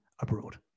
abroad